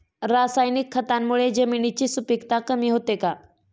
रासायनिक खतांमुळे जमिनीची सुपिकता कमी होते का?